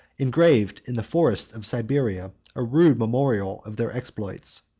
engraved in the forests of siberia a rude memorial of their exploits.